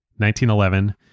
1911